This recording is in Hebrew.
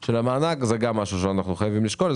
של המענק זה גם דבר שאנחנו חייבים לשקול.